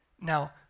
Now